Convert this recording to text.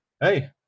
Hey